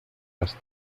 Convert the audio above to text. las